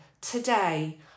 today